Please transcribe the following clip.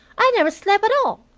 i never slep' at all.